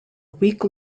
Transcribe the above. week